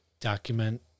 document